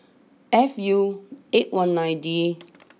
F U eight one nine D